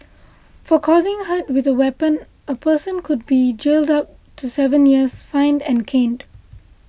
for causing hurt with a weapon a person could be jailed up to seven years fined and caned